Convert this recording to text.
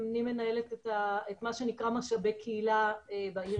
אני מנהלת את מה שנקרא משאבי קהילה בעיר